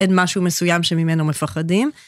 אין משהו מסוים שממנו מפחדים.